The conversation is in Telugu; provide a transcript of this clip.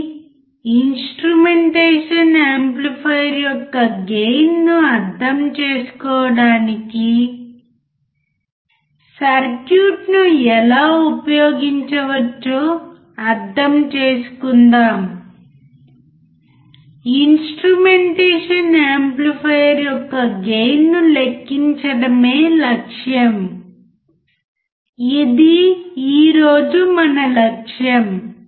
కాబట్టి ఇన్స్ట్రుమెంటేషన్ యాంప్లిఫైయర్ యొక్క గెయిన్ను అర్థం చేసుకోవడానికి సర్క్యూట్ను ఎలా ఉపయోగించవచ్చో అర్థం చేసుకుందాం ఇన్స్ట్రుమెంటేషన్ యాంప్లిఫైయర్ యొక్క గెయిన్ను లెక్కించడమే లక్ష్యం ఇది ఈ రోజు మన లక్ష్యం